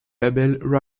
label